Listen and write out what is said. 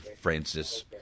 Francis